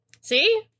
See